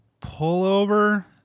Pullover